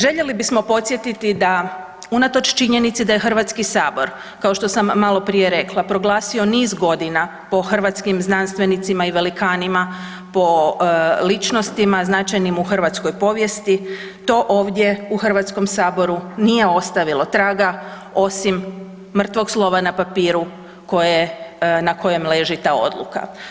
Željeli bismo podsjetiti da unatoč činjenici da je HS kao što sam maloprije rekla proglasio niz godina po hrvatskim znanstvenicima i velikanima, po ličnostima značajnim u hrvatskoj povijesti, to ovdje u HS nije ostavilo traga osim mrtvog slova na papiru na kojem leži ta odluka.